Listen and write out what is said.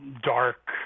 dark